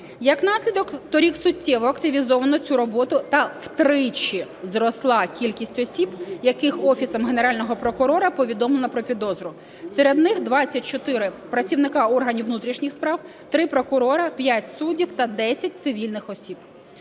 Як наслідок торік суттєво активізовано цю роботу та втричі зросла кількість осіб, яких Офісом Генерального прокурора повідомлено про підозру. Серед них 24 працівники органів внутрішніх справ, 3 прокурори, 5 суддів та 10 цивільних осіб.